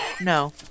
No